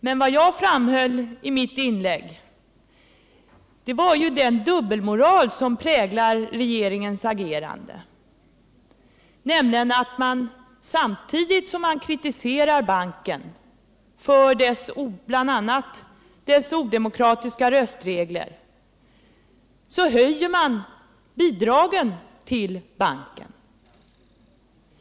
Men vad jag framhöll i mitt inlägg var den dubbelmoral som präglar regeringens agerande, nämligen att man samtidigt som man kritiserar banken bl.a. för dess odemokratiska röstregler höjer bidragen till banken.